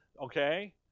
Okay